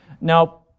Now